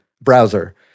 browser